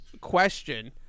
question